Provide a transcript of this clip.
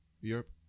Europe